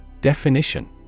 Definition